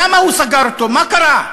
למה הוא סגר אותו, מה קרה?